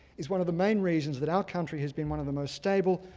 is one of the main reasons that our country has been one of the most stable,